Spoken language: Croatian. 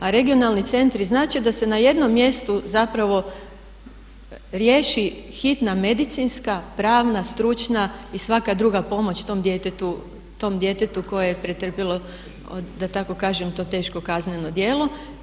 A regionalni centri znače da se na jednom mjestu zapravo riješi hitna medicinska, pravna, stručna i svaka druga pomoć tom djetetu koje je pretrpilo da tako kažem to teško kazneno djelo.